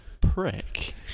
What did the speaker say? Prick